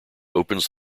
opens